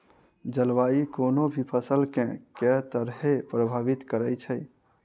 जलवायु कोनो भी फसल केँ के तरहे प्रभावित करै छै?